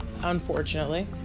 unfortunately